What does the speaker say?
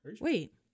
wait